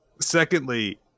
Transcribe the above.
secondly